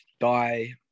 die